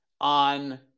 on